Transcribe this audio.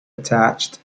attached